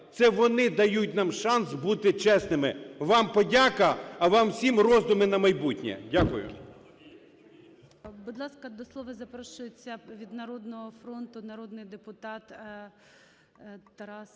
це вони дають нам шанс бути чесними. Вам – подяка, а вам всім – роздуми на майбутнє. Дякую.